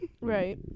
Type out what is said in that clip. Right